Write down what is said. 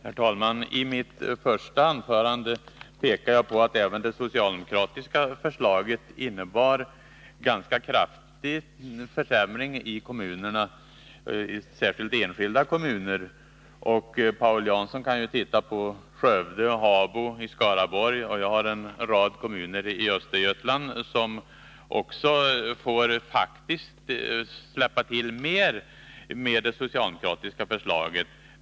Herr talman! I mitt första anförande pekade jag på att även det socialdemokratiska förslaget innebär en ganska kraftig försämring i kommunerna, särskilt i enskilda kommuner. Paul Jansson kan titta på Skövde och Habo i Skaraborg. Jag har också exempel på en rad kommuner i Östergötland som faktiskt får släppa till mer med det socialdemokratiska förslaget.